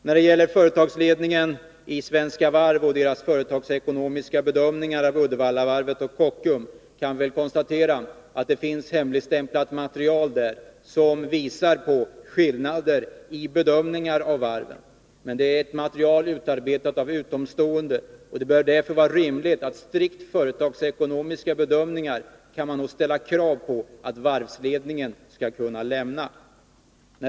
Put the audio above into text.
När det gäller företagsledningen i Svenska Varv och dess företagsekonomiska bedömningar av Uddevallavarvet och Kockums kan vi väl konstatera att det finns hemligstämplat material där som visar på skillnader i bedömningar av varven. Men det är ett material utarbetat av utomstående, och det bör vara rimligt att ställa krav på att varvsledningen skall kunna lämna strikt företagsekonomiska bedömningar.